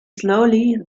slowly